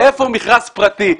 איפה מכרז פרטי?